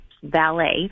valet